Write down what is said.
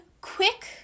quick